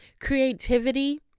Creativity